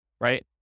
right